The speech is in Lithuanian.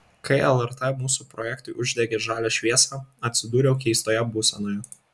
kai lrt mūsų projektui uždegė žalią šviesą atsidūriau keistoje būsenoje